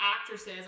actresses